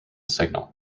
signal